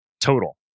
total